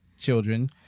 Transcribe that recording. children